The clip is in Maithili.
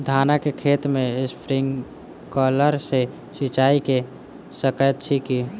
धानक खेत मे स्प्रिंकलर सँ सिंचाईं कऽ सकैत छी की?